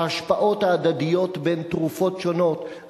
ההשפעות ההדדיות בין תרופות שונות,